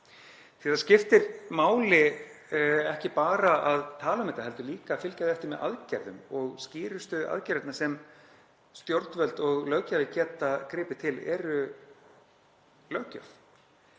Því það skiptir máli að ekki bara tala um þetta heldur líka að fylgja því eftir með aðgerðum og skýrustu aðgerðirnar sem stjórnvöld og löggjafinn geta gripið til eru löggjöf.